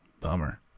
Bummer